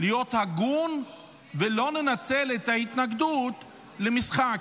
להיות הגון ולא לנצל את ההתנגדות למשחק.